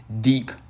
deep